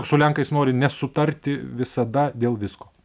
su lenkais nori nesutarti visada dėl visko